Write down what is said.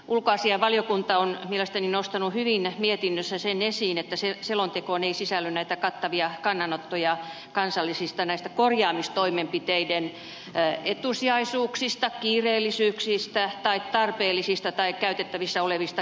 ulkoasiainvaliokunta on mielestäni nostanut hyvin mietinnössä sen esiin että selontekoon ei sisälly näitä kattavia kannanottoja kansallisten korjaamistoimenpiteiden etusijaisuuksista kiireellisyyksistä tai tarpeellisista tai käytettävissä olevista keinoista